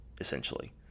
essentially